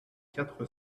quatre